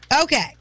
Okay